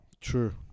True